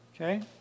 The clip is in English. Okay